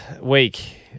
week